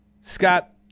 Scott